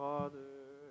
Father